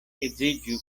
edziĝu